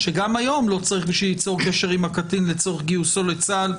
שגם היום לא צריך בשביל ליצור קשר עם הקטין לצורך גיוסו לצה"ל,